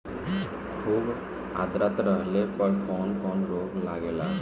खुब आद्रता रहले पर कौन कौन रोग लागेला?